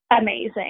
amazing